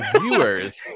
viewers